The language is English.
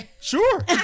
sure